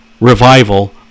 revival